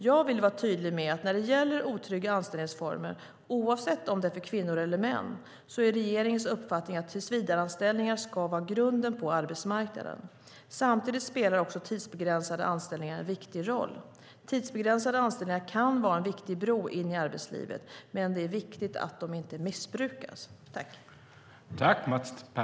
Jag vill vara tydlig med att när det gäller otrygga anställningsformer - oavsett om det är för kvinnor eller män - är regeringens uppfattning att tillsvidareanställningar ska vara grunden på arbetsmarknaden. Samtidigt spelar också tidsbegränsade anställningar en viktig roll. Tidsbegränsade anställningar kan vara en viktig bro in i arbetslivet, men det är viktigt att de inte missbrukas. Då Gunvor G Ericson, som framställt interpellationen, anmält att hon var förhindrad att närvara vid sammanträdet medgav förste vice talmannen att Mats Pertoft i stället fick delta i överläggningen.